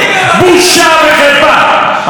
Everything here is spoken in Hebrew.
בושה וחרפה.